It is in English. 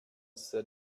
said